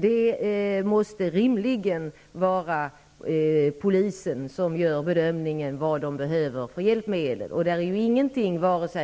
Det måste rimligen vara polisen som gör bedömningen av vilka hjälpmedel man behöver. Det finns ingenting